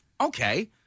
Okay